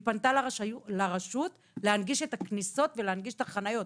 היא פנתה לרשות להנגיש את הכניסות ולהנגיש את החניות.